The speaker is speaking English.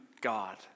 God